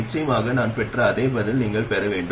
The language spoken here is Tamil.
நிச்சயமாக நான் பெற்ற அதே பதிலை நீங்கள் பெற வேண்டும்